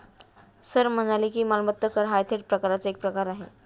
sir म्हणाले की, मालमत्ता कर हा थेट कराचा एक प्रकार आहे